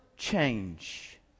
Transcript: Change